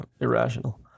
irrational